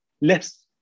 less